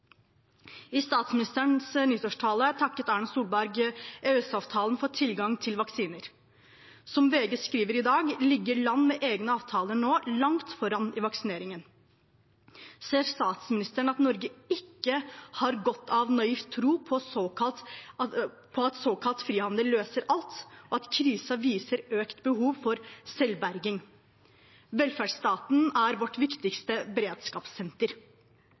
I statsministerens nyttårstale takket Erna Solberg EØS-avtalen for tilgang til vaksiner. Som VG skriver i dag, ligger land med egne avtaler nå langt foran i vaksineringen. Ser statsministeren at Norge ikke har godt av naiv tro på at såkalt frihandel løser alt, og at krisen viser økt behov for selvberging? Velferdsstaten er vårt viktigste beredskapssenter.